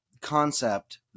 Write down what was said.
concept